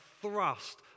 thrust